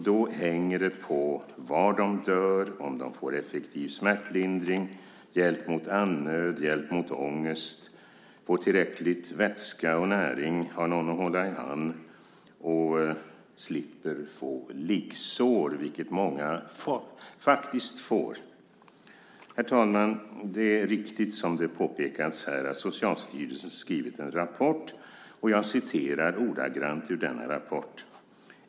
Då hänger det på var de dör, om de får effektiv smärtlindring, hjälp mot andnöd, hjälp mot ångest och tillräckligt med vätska och näring och om de har någon att hålla i handen och slipper få liggsår, vilket många faktiskt får. Herr talman! Det är riktigt som har påpekats här att Socialstyrelsen har skrivit en rapport, och jag ska citera ur den rapporten.